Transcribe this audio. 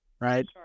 right